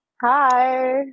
Hi